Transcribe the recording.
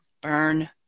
burn